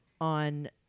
on